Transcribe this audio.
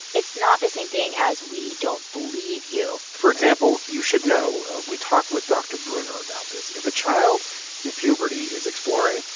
it's not the same thing as, we don't believe you for example, you should know we talked with dr. breuner about this. if a child in puberty is exploring,